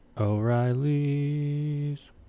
O'Reilly's